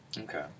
Okay